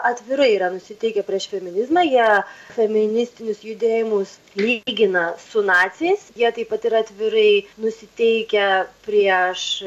atvirai yra nusiteikę prieš feminizmą jie feministinius judėjimus lygina su naciais jie taip pat yra atvirai nusiteikę prieš